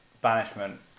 banishment